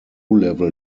level